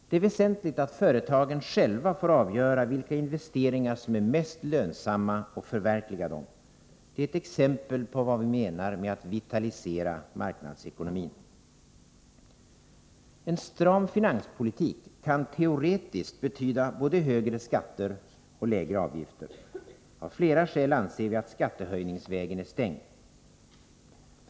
Det är väsentligt att företagen själva får avgöra vilka investeringar som är mest lönsamma och förverkliga dessa. Detta är ett exempel på vad vi menar med att vitalisera marknadsekonomin. En stram finanspolitik kan teoretiskt betyda både högre skatter och lägre utgifter. Av flera skäl anser vi att skattehöjningsvägen är stängd.